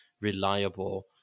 reliable